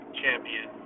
champion